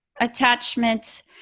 attachment